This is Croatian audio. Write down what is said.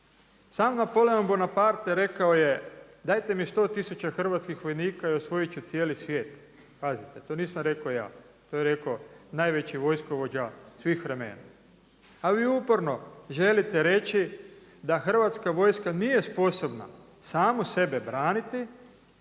Sam Napoleon Bonaparte rekao je dajte mi 100 tisuća hrvatskih vojnika i osvojit ću cijeli svijet. Pazite to nisam rekao ja, to je rekao najveći vojskovođa svih vremena. A vi uporno želite reći da hrvatska vojska nije sposobna samu sebe braniti